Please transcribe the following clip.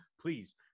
please